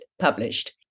published